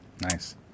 Nice